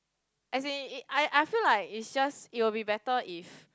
as in I I feel like it just it would be better if